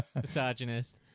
misogynist